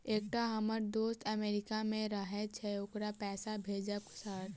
एकटा हम्मर दोस्त अमेरिका मे रहैय छै ओकरा पैसा भेजब सर?